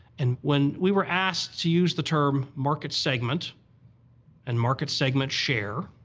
and when we were asked to use the term market segment and market segment share,